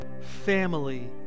family